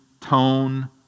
tone